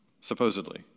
Supposedly